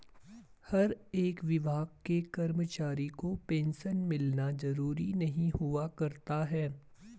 हर एक विभाग के कर्मचारी को पेन्शन मिलना जरूरी नहीं हुआ करता है